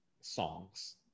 songs